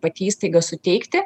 pati įstaiga suteikti